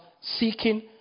seeking